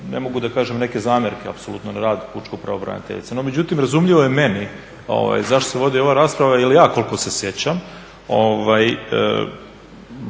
ne mogu da kažem neke zamjerke apsolutno na rad pučke pravobraniteljice. No međutim razumljivo je meni zašto se vodi ova rasprava jer ja koliko se sjećam dobar